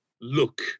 look